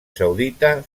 saudita